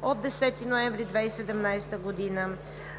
91 от 2017 г.),